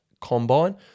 combine